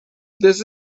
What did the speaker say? this